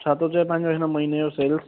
छा थो चए पंहिंजो हिन महीने जो सेल